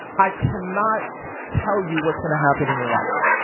i cannot tell you what's gonna happen in your life.